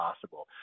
possible